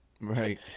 Right